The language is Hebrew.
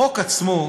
החוק עצמו,